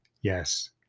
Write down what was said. Yes